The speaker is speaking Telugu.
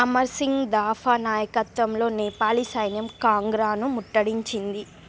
అమర్ సింగ్ థాపా నాయకత్వంలో నేపాలీ సైన్యం కాంగ్రాను ముట్టడించింది